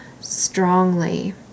strongly